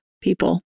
people